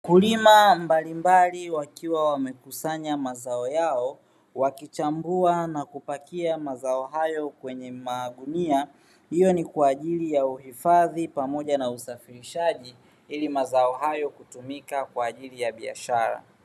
Wakulima mbalimbali wakiwa wamekusanya mazao yao, wakichambua na kupakia mazao hayo kwenye magunia hiyo ni kwaajili ya uhifadhi pamoja na usafirishaji ili mazao hayo kutumika kwaajili ya biashara.